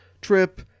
trip